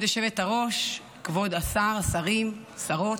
כבוד היושבת-ראש, כבוד השר, שרים, שרות,